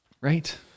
Right